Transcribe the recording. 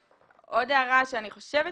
עוד הערה שאני חושבת